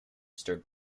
stirred